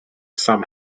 some